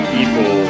evil